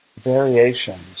variations